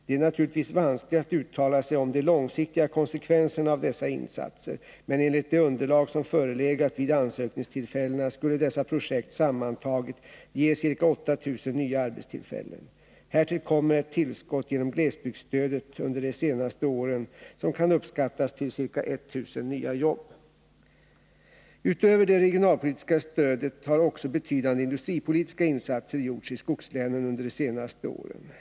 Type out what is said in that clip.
Det är naturligtvis vanskligt att uttala sig om de långsiktiga konsekvenserna av dessa insatser, men enligt det underlag som förelegat vid ansökningstillfällena skulle dessa projekt sammantaget ge ca 8 000 nya arbetstillfällen. Härtill kommer ett tillskott genom glesbygdsstödet under de senaste åren som kan uppskattas till ca 1 000 nya jobb. Utöver det regionalpolitiska stödet har också betydande industripolitiska insatser gjorts i skogslänen under de senaste åren.